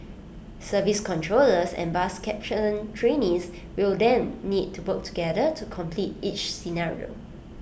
service controllers and bus captain trainees will then need to work together to complete each scenario